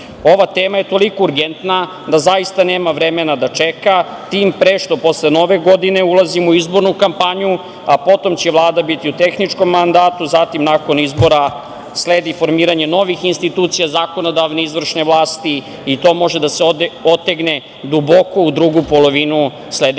tema je toliko urgentna da zaista nema vremena da čeka, tim pre što posle Nove godine ulazimo u izbornu kampanju, a potom će Vlada biti u tehničkom mandatu, zatim nakon izbora sledi formiranje novih institucija, zakonodavne i izvršne vlasti i to može da se otegne duboko u drugu polovinu sledeće